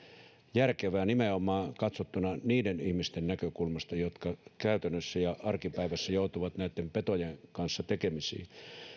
järkevää nimenomaan niiden ihmisten näkökulmasta katsottuna jotka käytännössä ja arkipäivässä joutuvat näitten petojen kanssa tekemisiin